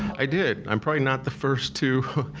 i did. i'm probably not the first to,